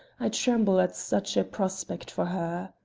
i tremble at such a prospect for her.